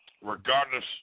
Regardless